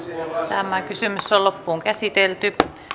tämä kysymys on loppuun käsitelty